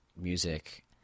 music